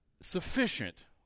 sufficient